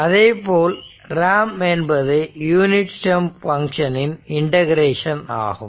அதேபோல் ரேம்ப் என்பது unit step function இன் இண்டெகரேஷன் ஆகும்